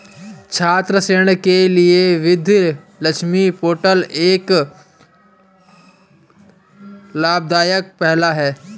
छात्र ऋण के लिए विद्या लक्ष्मी पोर्टल एक लाभदायक पहल है